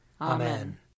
Amen